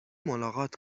ملاقات